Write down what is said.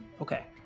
Okay